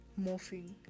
morphing